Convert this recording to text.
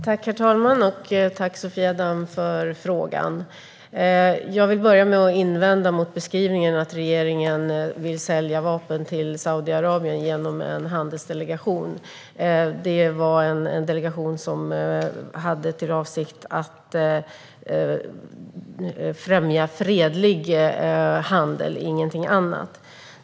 Herr talman! Tack, Sofia Damm, för frågan! Jag vill börja med att invända mot beskrivningen att regeringen vill sälja vapen till Saudiarabien genom en handelsdelegation. Det var en delegation som hade för avsikt att främja fredlig handel och ingenting annat.